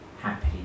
happy